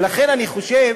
ולכן אני חושב